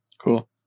cool